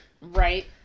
Right